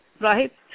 Right